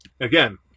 again